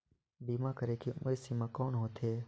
बीमा करे के उम्र सीमा कौन होथे?